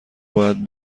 باید